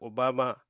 Obama